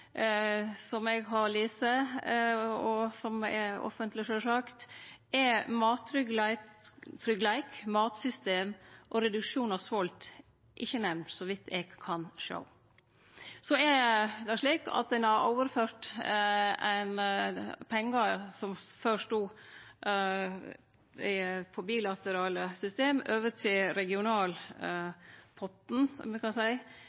som eg har lese, og som sjølvsagt er offentleg, er mattryggleik, matsystem og reduksjon av svolt ikkje nemnde, så vidt eg kan sjå. Ein har overført pengar som før stod på bilaterale system, til regionalpotten, om me kan